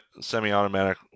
semi-automatic